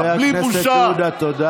חבר הכנסת אבו שחאדה, תודה.